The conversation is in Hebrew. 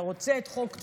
אתה רוצה את חוק טבריה?